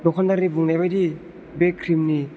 दखानदारनि बुंनाय बायदि बे क्रिमनि